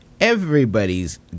Everybody's